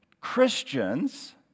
Christians